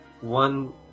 one